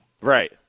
Right